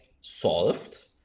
solved